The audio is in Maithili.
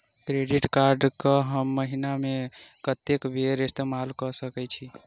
क्रेडिट कार्ड कऽ हम महीना मे कत्तेक बेर इस्तेमाल कऽ सकय छी?